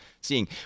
seeing